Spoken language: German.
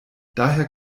daher